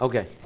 Okay